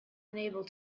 unable